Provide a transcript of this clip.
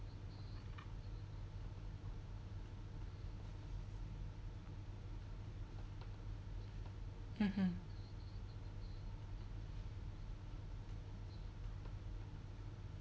mmhmm